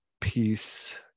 peace